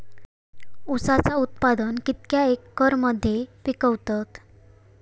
ऊसाचा उत्पादन कितक्या एकर मध्ये पिकवतत?